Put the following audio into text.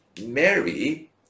Mary